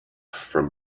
from